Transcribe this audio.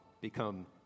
become